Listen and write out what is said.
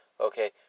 okay